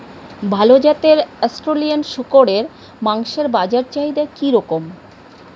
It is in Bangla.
ভাল জাতের অস্ট্রেলিয়ান শূকরের মাংসের বাজার চাহিদা কি রকম?